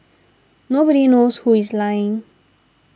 nobody knows who is lying